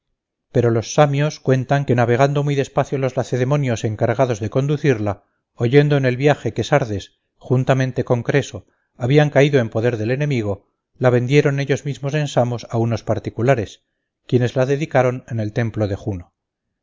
pero los samios cuentan que navegando muy despacio los lacedemonios encargados de conducirla oyendo en el viaje que sardes juntamente con creso habían caído en poder del enemigo la vendieron ellos mismos en samos a unos particulares quienes la dedicaron en el templo de juno